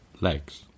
legs